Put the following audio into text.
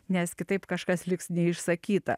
nes kitaip kažkas liks neišsakyta